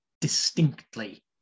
distinctly